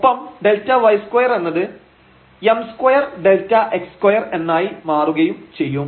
ഒപ്പം Δy2 എന്നത് m2Δx2 എന്നായി മാറുകയും ചെയ്യും